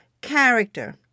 character